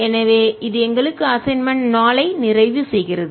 எனவே இது எங்களுக்கு அசைன்மென்ட் 4 ஐ நிறைவு செய்கிறது